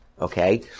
okay